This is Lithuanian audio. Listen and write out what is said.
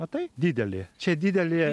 matai didelė čia didelė